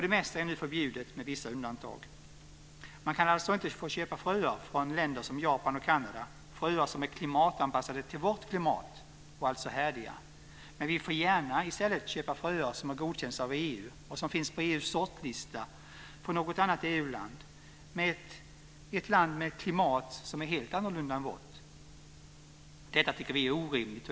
Det mesta är nu förbjudet, med vissa undantag. Man kan alltså inte få köpa fröer från länder som Japan och Kanada - fröer som är anpassade till vårt klimat och alltså härdiga. Men vi får gärna i stället köpa fröer som godkänts av EU och som finns med på EU:s sortlista för något annat EU-land - ett land med ett klimat som är helt annorlunda jämfört med vårt. Detta tycker vi är orimligt.